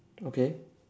okay